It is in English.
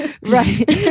Right